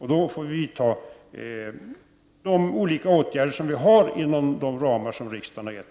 Då får vi vidta de olika åtgärder som är möjliga inom de ramar som riksdagen har gett.